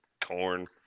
Corn